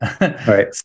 right